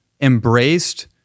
embraced